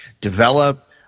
develop